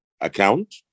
account